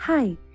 Hi